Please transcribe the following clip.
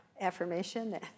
affirmation